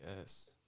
Yes